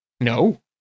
No